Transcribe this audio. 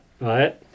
right